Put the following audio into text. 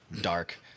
dark